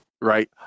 Right